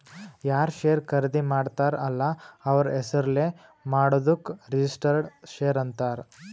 ಯಾರ್ ಶೇರ್ ಖರ್ದಿ ಮಾಡ್ತಾರ ಅಲ್ಲ ಅವ್ರ ಹೆಸುರ್ಲೇ ಮಾಡಾದುಕ್ ರಿಜಿಸ್ಟರ್ಡ್ ಶೇರ್ ಅಂತಾರ್